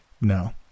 No